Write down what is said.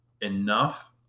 enough